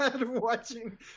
watching